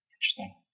Interesting